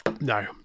No